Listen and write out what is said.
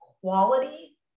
quality